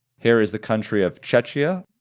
here is the country of czechia.